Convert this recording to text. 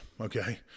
Okay